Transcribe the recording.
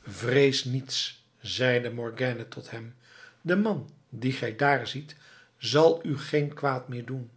vrees niets zeide morgiane tot hem de man dien gij daar ziet zal u geen kwaad meer doen